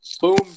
Boom